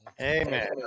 Amen